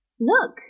Look